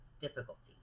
difficulties